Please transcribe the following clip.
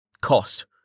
Cost